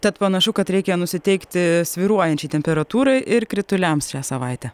tad panašu kad reikia nusiteikti svyruojančiai temperatūrai ir krituliams šią savaitę